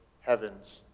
heaven's